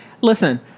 Listen